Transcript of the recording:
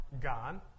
gone